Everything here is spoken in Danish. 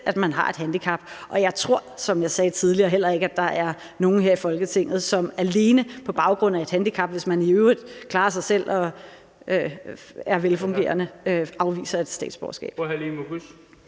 at man har et handicap. Og jeg tror, som jeg sagde tidligere, heller ikke, at der er nogen her i Folketinget, som afviser et statsborgerskab alene på baggrund af et handicap, hvis man i øvrigt klarer sig selv og er velfungerende. Kl. 17:29 Den fg.